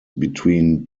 between